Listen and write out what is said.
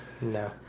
No